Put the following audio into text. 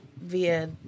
via